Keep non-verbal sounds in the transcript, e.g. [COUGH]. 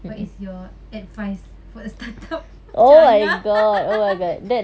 what is your advice for a startup [LAUGHS] macam angah